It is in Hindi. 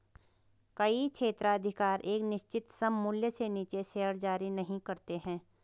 कई क्षेत्राधिकार एक निश्चित सममूल्य से नीचे शेयर जारी नहीं करते हैं